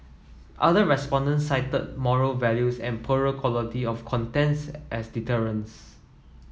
other respondents cited moral values and poorer quality of contents as deterrents